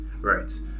right